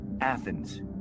Athens